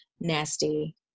nasty